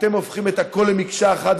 אתם הופכים את הכול למקשה אחת,